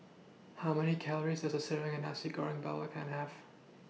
How Many Calories Does A Serving of Nasi Goreng Belacan Have